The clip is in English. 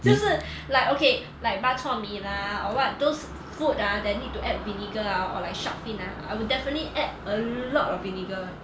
就是 like okay like bak chor mee lah or what those food ah that need to add vinegar ah or like shark fin ah I would definitely add a lot of vinegar [one]